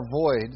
avoid